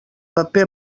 paper